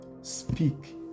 speak